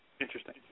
Interesting